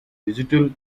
digital